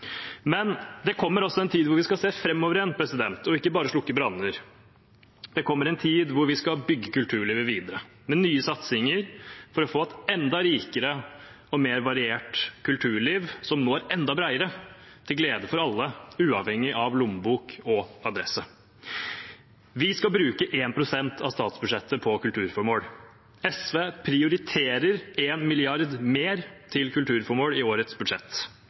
Men det kommer også en tid hvor vi skal se framover igjen og ikke bare slukke branner. Det kommer en tid da vi skal bygge kulturlivet videre, med nye satsinger, for å få et enda rikere og mer variert kulturliv, som når enda bredere, til glede for alle, uavhengig av lommebok og adresse. Vi skal bruke 1 pst. av statsbudsjettet på kulturformål. SV prioriterer 1 mrd. kr mer til kulturformål i årets budsjett.